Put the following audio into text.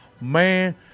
man